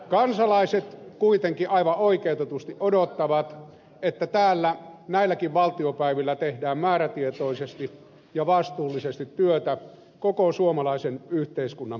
kansalaiset kuitenkin aivan oikeutetusti odottavat että täällä näilläkin valtiopäivillä tehdään määrätietoisesti ja vastuullisesti työtä koko suomalaisen yhteiskunnan parhaaksi